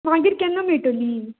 मागीर केन्ना मेळटली